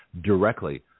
directly